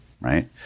Right